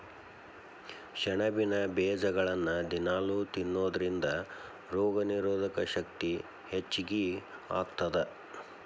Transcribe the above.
ಸೆಣಬಿನ ಬೇಜಗಳನ್ನ ದಿನಾಲೂ ತಿನ್ನೋದರಿಂದ ರೋಗನಿರೋಧಕ ಶಕ್ತಿ ಹೆಚ್ಚಗಿ ಆಗತ್ತದ